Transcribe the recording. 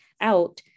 out